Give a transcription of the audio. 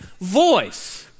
voice